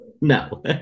No